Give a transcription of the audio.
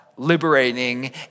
liberating